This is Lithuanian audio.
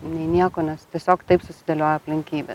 nei nieko nes tiesiog taip susidėliojo aplinkybė